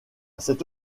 cette